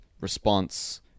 response